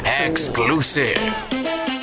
Exclusive